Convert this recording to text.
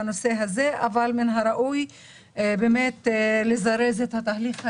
מן הראוי לזרז את התהליך הזה.